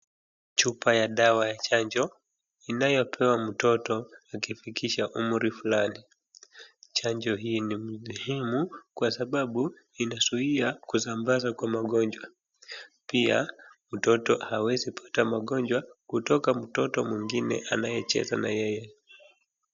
Chupa ya dawa ya chanjo. Inayopewa mtoto akifikisha umri fulani. Chanjo hii ni muhimu kwa sababu inazuia kusambaza kwa magonjwa. Pia mtoto hawezi pata magonjwa kutoka mtoto mwingine anayecheza na yeye.